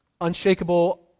unshakable